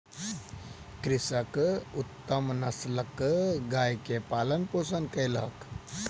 कृषक उत्तम नस्लक गाय के पालन पोषण कयलक